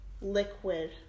liquid